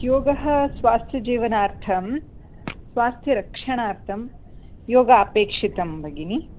योगः स्वास्थ्यजीवनार्थं स्वास्थ्यरक्षणार्थं योग अपेक्षितं भगिनि